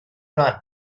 run